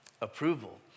Approval